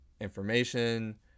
information